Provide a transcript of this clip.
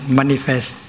manifest